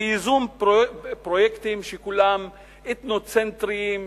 בייזום פרויקטים שכולם אתנוצנטריים,